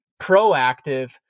proactive